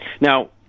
Now